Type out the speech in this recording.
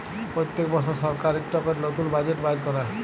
প্যত্তেক বসর সরকার ইকট ক্যরে লতুল বাজেট বাইর ক্যরে